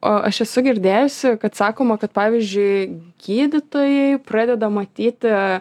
o aš esu girdėjusi kad sakoma kad pavyzdžiui gydytojai pradeda matyti